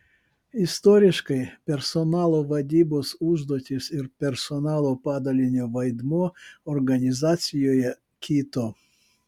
istoriškai personalo vadybos užduotys ir personalo padalinio vaidmuo organizacijoje kito